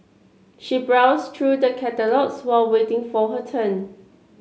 she browsed through the catalogues while waiting for her turn